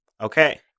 Okay